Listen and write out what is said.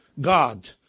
God